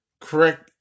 correct